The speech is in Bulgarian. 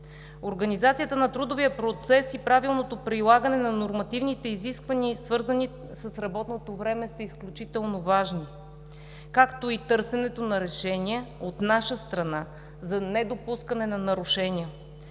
Организацията на трудовия процес и правилното прилагане на нормативните изисквания, свързани с работното време, са изключително важни, както и търсенето на решения от наша страна за недопускане на нарушения.